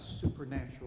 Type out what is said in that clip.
supernatural